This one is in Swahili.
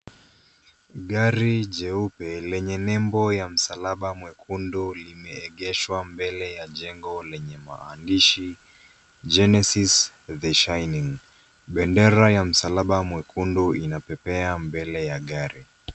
Gari jeupe lenye nembo ya msalaba mwekundu limeegeshwa mbele ya jengo lenye maandishi Genesis The Shinning. Bendera ya msalaba mwekundu inapepea mbele ya gari.